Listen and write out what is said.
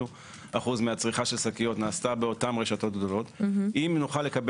פה חלק מאוד משמעותי מהצריכה של השקיות